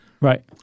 Right